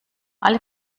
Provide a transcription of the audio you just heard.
alle